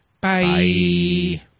Bye